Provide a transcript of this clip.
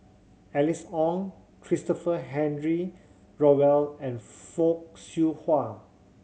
Alice Ong Christopher Henry Rothwell and Fock Siew Hua